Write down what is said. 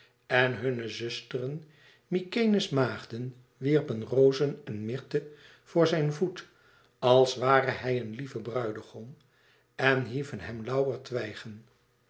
en hunne zusteren mykenæ's maagden wierpen rozen en myrten voor zijn voet als ware hij een lieve bruidegom en hieven hem lauwertwijgen